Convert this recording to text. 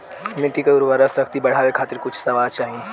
मिट्टी के उर्वरा शक्ति बढ़ावे खातिर कुछ सुझाव दी?